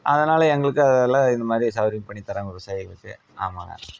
அதனால் எங்களுக்கு அதெல்லாம் இந்த மாதிரி சவுகரியம் பண்ணி தராங்க விவசாயிகளுக்கு ஆமாங்க